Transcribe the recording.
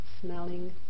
smelling